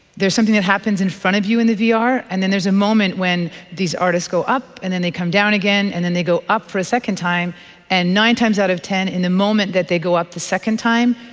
there's something that happens in front of you in the vr and then there's a moment when these artists go up and then they come down again and then they go up for a second time and nine times out of ten in the moment that they go up the second time,